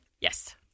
Yes